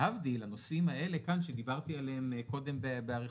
להבדיל הנושאים האלה כאן שדיברתי עליהם קודם באריכות,